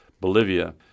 Bolivia